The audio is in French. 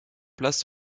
place